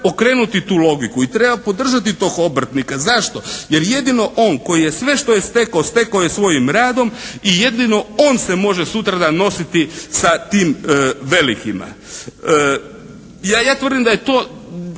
okrenuti tu logiku i treba podržati tog obrtnika. Zašto? Jer jedino on koji je sve što je stekao stekao je svojim radom i jedino on se može sutradan nositi sa tim velikima. Ja tvrdim da je to